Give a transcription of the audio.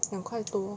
两块多